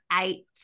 eight